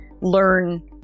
learn